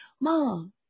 mom